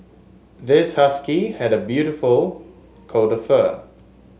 this husky had a beautiful coat of fur